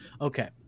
okay